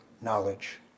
knowledge